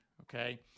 okay